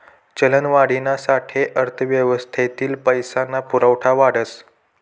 चलनवाढीना साठे अर्थव्यवस्थातील पैसा ना पुरवठा वाढस